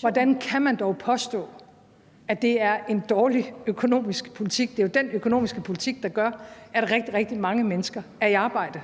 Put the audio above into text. Hvordan kan man dog påstå, at det er en dårlig økonomisk politik? Det er jo den økonomiske politik, der gør, at rigtig, rigtig mange mennesker er i arbejde.